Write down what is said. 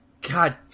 God